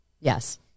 yes